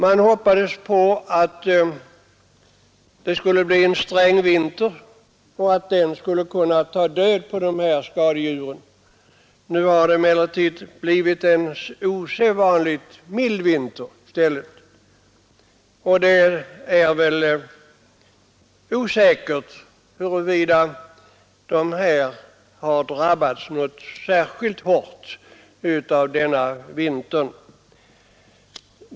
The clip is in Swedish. Man hoppades på att en sträng vinter skulle kunna oskadliggöra dessa skadedjur. Nu har det emellertid blivit en osedvanligt mild vinter i stället, och det är väl osäkert huruvida koloradoskalbaggarna har drabbats särskilt hårt av denna vinter.